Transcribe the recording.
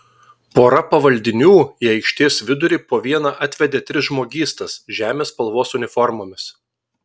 pora pavaldinių į aikštės vidurį po vieną atvedė tris žmogystas žemės spalvos uniformomis